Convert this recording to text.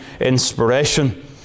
inspiration